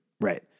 Right